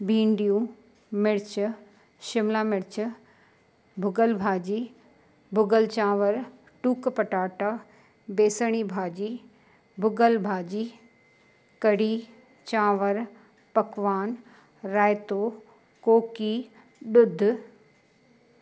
भींडियूं मिर्च शिमला मिर्च भुगल भाॼी भुगल चांवर टूक पटाटा बेसणी भाॼी भुगल भाजी कढ़ी चांवर पकवान रायतो कोकी ॾुध